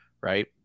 right